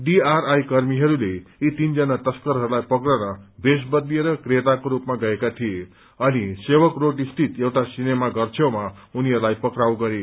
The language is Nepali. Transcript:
डीआरआई कर्मीहरूले यी तीनजना तस्करहरूलाई पक्रन भेष बदलिएर क्रेताको स्रपमा गएका थिए अनि सेवक रोड स्थित एउटा सिनेमा घर छेउमा उनीहस्लाई पक्राउ गरे